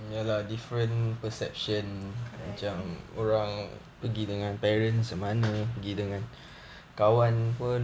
correct